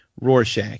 Rorschach